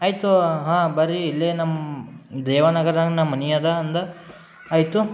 ಆಯಿತು ಹಾಂ ಬನ್ರಿ ಇಲ್ಲೇ ನಮ್ಮ ದೇವನಗರ್ದಂಗೆ ನಮ್ಮ ಮನೆ ಇದೆ ಅಂದೆ ಆಯಿತು